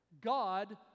God